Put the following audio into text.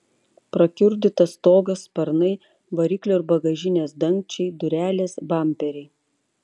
prakiurdytas stogas sparnai variklio ir bagažinės dangčiai durelės bamperiai